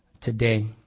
today